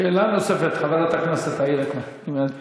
שאלה נוספת, חברת הכנסת איילת נחמיאס ורבין,